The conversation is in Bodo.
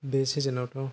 बे सिजोनावथ'